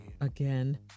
again